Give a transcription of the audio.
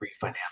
refinance